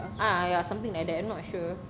ah ya something like that I'm not sure